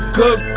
good